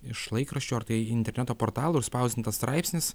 iš laikraščių ar tai interneto portalų spausdintas straipsnis